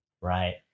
right